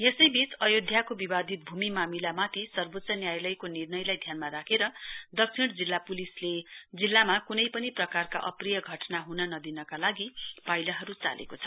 यसैबीच अयोध्याको विवादित भूमि मामिलामाथि सर्वोच्य न्यायालयको निर्णयलाई ध्यानमा राखेर दक्षिण जिल्ला पुलिसले जिल्लामा कुनै पनि प्रकारका अप्रिय घटना हन नदिनका लागि पाइलाहरू चालेको छ